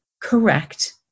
correct